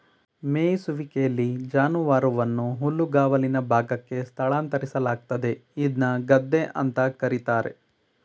ಮೆಯಿಸುವಿಕೆಲಿ ಜಾನುವಾರುವನ್ನು ಹುಲ್ಲುಗಾವಲಿನ ಭಾಗಕ್ಕೆ ಸ್ಥಳಾಂತರಿಸಲಾಗ್ತದೆ ಇದ್ನ ಗದ್ದೆ ಅಂತ ಕರೀತಾರೆ